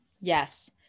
Yes